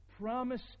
promise